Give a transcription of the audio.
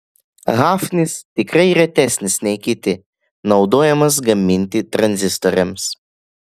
hafnis tikrai retesnis nei kiti naudojamas gaminti tranzistoriams